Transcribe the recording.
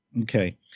Okay